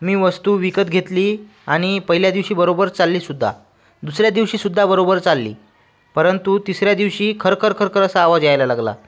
मी वस्तू विकत घेतली आणि पहिल्या दिवशी बरोबर चाललीसुद्धा दुसऱ्या दिवशीसुद्धा बरोबर चालली परंतु तिसऱ्या दिवशी खर खर खर खर असा आवाज यायला लागला